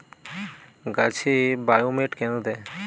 গাছে বায়োমেট কেন দেয়?